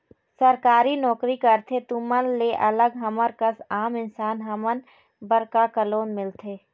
सरकारी नोकरी करथे तुमन ले अलग हमर कस आम इंसान हमन बर का का लोन मिलथे?